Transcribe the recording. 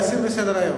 זה בעד המשך דיון